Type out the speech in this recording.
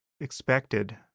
expected